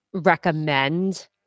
recommend